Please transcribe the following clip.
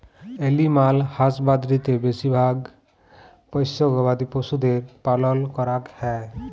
animal হাসবাদরীতে বেশি ভাগ পষ্য গবাদি পশুদের পালল ক্যরাক হ্যয়